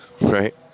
right